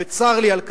וצר לי על כך.